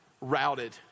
routed